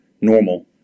normal